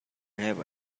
have